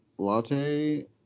latte